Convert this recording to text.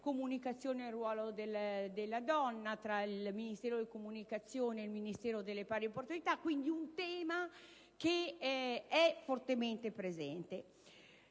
comunicazione e ruolo della donna, tra il Ministero della comunicazione ed il Ministero per le pari opportunità. Quindi è un tema che è fortemente presente.